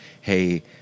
hey